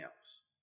else